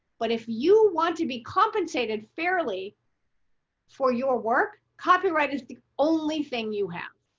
but if you want to be compensated fairly for your work copyright is the only thing you have